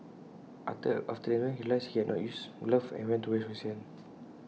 after the examination he realised he had not used gloves and went to wash his hands